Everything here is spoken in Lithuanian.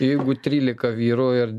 jeigu trylika vyrų ir